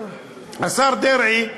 השר דרעי,